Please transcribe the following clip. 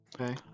Okay